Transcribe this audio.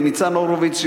לניצן הורוביץ,